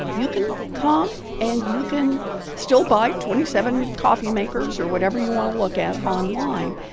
you can come, and you can still buy twenty seven coffee makers or whatever you want to look at online.